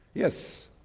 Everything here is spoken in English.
yes,